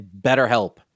BetterHelp